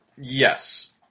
Yes